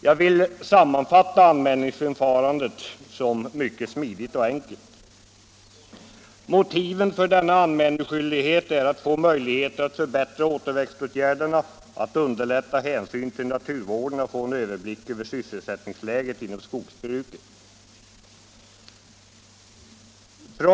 Jag vill sammanfatta anmälningsförfarandet som mycket smidigt och enkelt. Motiven för denna anmälningsskyldighet är att få möjligheter att förbättra återväxtåtgärderna, att underlätta hänsynstagandet till naturvården och att få en överblick över sysselsättningsläget inom skogsbruket.